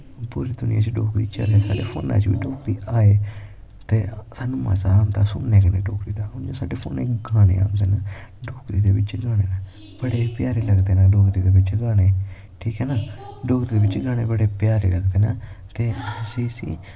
पूरी दुनियां च डोगरी चले साढ़े फोना च बी डोगरी आए ते साह्नू मज़ा आंदा डोगरी कन्नै सुनने दा हून साढ़े फोनै च गाने आंदे न डोगरी दे बिच्च गाने बड़े प्यारे लगदे नै डोगरी दे बिच्च गाने छीक ऐ ना डोगरी दे बिच्च गाने बड़े प्यारे लगदे नै ते असैं इसी